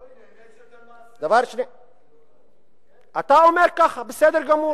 לא, היא נהנית שאתה, אתה אומר ככה, בסדר גמור.